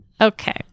Okay